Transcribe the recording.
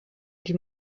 die